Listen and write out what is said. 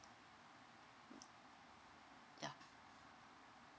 mm yeah